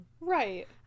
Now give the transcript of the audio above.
Right